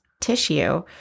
tissue